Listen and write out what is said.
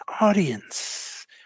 audience